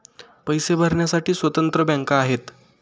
पैसे भरण्यासाठी स्वतंत्र बँका आहेत